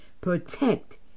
protect